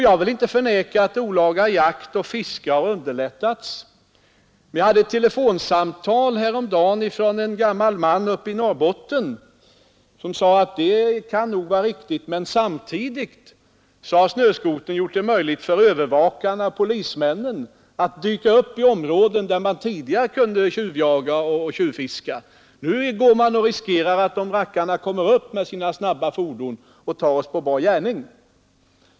Jag vill inte förneka att olaga jakt och fiske har underlättats genom Nr 121 snöskotertrafiken. Häromdagen fick jag telefon från en gammal man Onsdagen den uppe i Norrbotten som sade att det nog kan vara riktigt men att 22 november 1972 snöskotern också har gjort det möjligt för övervakarna, dvs. polismännen, NRA att dyka upp i områden där man tidigare kunde bedriva olaga jakt och Körning i SERKENg fiske. Nu riskerar man, sade han, att de ”rackarna” kommer upp och tar meännötorärivet oss på bar gärning.